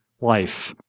life